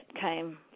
came